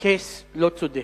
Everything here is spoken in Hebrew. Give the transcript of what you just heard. case לא צודק,